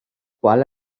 qual